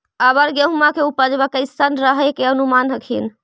अबर गेहुमा के उपजबा कैसन रहे के अनुमान हखिन?